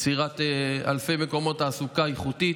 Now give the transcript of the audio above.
יצירת אלפי מקומות תעסוקה איכותית.